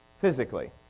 Physically